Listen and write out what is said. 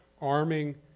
arming